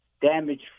damage